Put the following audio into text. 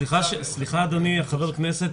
סליחה אדוני חבר הכנסת.